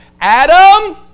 Adam